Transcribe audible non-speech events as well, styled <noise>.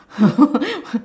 <laughs>